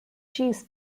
space